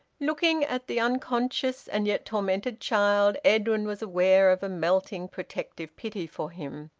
looking at the unconscious and yet tormented child, edwin was aware of a melting protective pity for him,